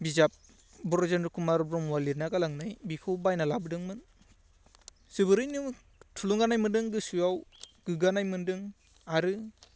बिजाब ब्रजेन्द्र कुमार ब्रह्मआ लिरनानै गालांनाय बेखौ बायना लाबोदोंमोन जोबोरैनो थुलुंगानाय मोन्दों गोसोआव गोग्गानाय मोन्दों आरो